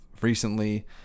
recently